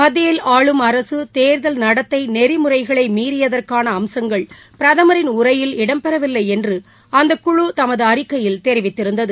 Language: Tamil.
மத்தியில் ஆளும் அரசு தேர்தல் நடத்தை நெறிமுறைகளை மீறியதற்கான அம்சங்கள் பிரதமரின் உரையில் இடம்பெறவில்லை என்று அந்தக்குழு தமது அறிக்கையில் தெரிவித்திருந்தது